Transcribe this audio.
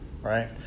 right